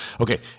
Okay